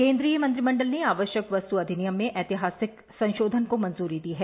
केंद्रीय मंत्रिमंडल ने आवश्यक वस्तु अधिनियम में ऐतिहासिक संशोधन को मंज्री दी है